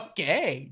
Okay